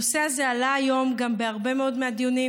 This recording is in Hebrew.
הנושא הזה עלה היום גם בהרבה מאוד מהדיונים,